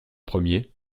premier